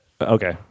okay